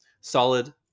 solid